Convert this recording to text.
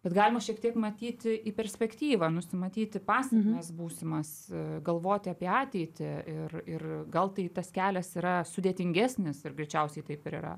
bet galima šiek tiek matyti į perspektyvą nusimatyti pasekmes būsimas galvoti apie ateitį ir ir gal tai tas kelias yra sudėtingesnis ir greičiausiai taip ir yra